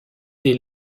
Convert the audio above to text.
des